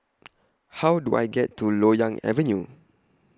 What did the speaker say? How Do I get to Loyang Avenue